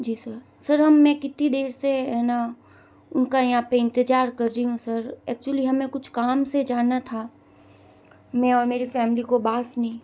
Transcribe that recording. जी sir sir हम मैं कितनी देर से है ना उनका यहाँ पर इंतज़ार कर रही हूँ सर एक्चुअली हमें कुछ काम से जाना था मैं और मेरी फैमिली को बासनी